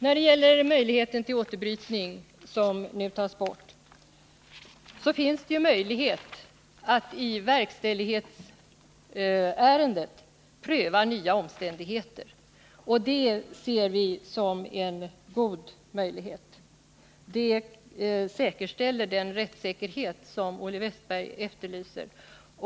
När det gäller möjligheten till återbrytning, som nu tas bort, så finns det ju möjlighet att i ver ändigheter, och det ser erställer den rättssäkerhet som Olle Wästberg efterlyser.